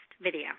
video